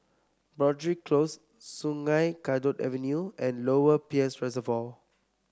Broadrick Close Sungei Kadut Avenue and Lower Peirce Reservoir